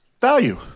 value